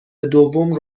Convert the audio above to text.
دوم